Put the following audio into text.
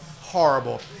horrible